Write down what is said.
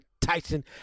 Tyson